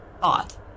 thought